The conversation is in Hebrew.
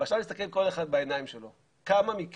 ועכשיו אני